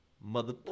Mother